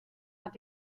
hat